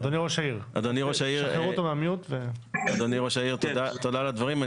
אדוני ראש העיר, תודה על הדברים.